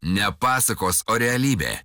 ne pasakos o realybė